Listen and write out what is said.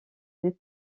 des